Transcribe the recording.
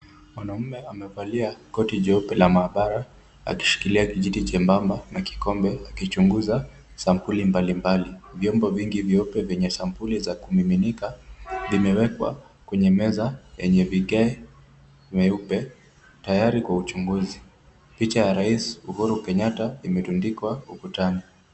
Mwanaume amevalia koti jeupe la maabara akishikilia kijiti chembamba na kikombe akichunguza sampuli mbalimbali. Vyombo vingi vyeupe vyenye sampuli za kumiminika vimewekwa kwenye meza yenye vigae meupe tayari kwa uchunguzi. Picha ya Rais Uhuru Kenyatta imetundikwa ukutani.